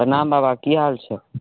प्रणाम बाबा की हाल छै